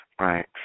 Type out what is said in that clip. Right